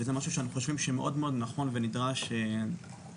וזה משהו שאנחנו חושבים שמאוד נכון ונדרש שיהיה.